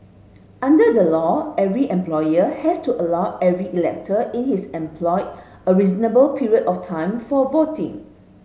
under the law every employer has to allow every elector in his employ a reasonable period of time for voting